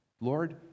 Lord